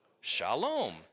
Shalom